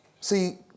See